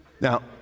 Now